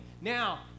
Now